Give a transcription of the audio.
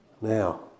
Now